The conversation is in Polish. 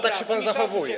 Tak się pan zachowuje.